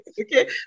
Okay